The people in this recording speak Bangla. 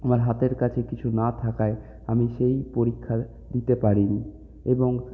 আমার হাতের কাছে কিছু না থাকায় আমি সেই পরীক্ষা দিতে পারিনি এবং